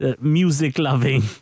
music-loving